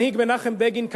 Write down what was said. המנהיג מנחם בגין,